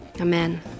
Amen